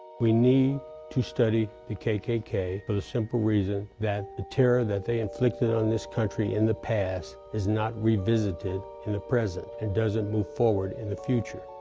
we need to study the kkk for the simple reason that the terror that they inflicted on this country in the past is not revisited in the present and doesn't move forward in the future.